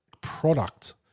product –